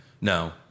No